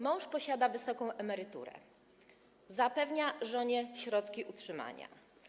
Mąż posiada wysoką emeryturę, zapewnia żonie środki utrzymania.